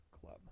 club